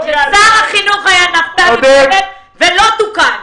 שר החינוך היה נפתלי בנט, ולא תוקן.